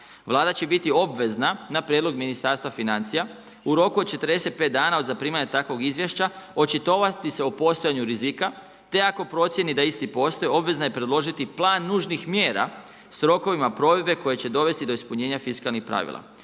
Vlada će biti obvezna na prijedlog Ministarstva financija u roku od 45 dana od zaprimanja takvog izvješća očitovati se o postojanju rizika te ako procijeni da isti postoji, obvezna je predložiti plan nužnih mjera s rokovima provedbe koje će dovesti do ispunjenja fiskalnih pravila.